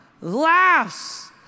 laughs